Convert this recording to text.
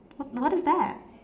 what is that